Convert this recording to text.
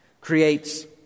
creates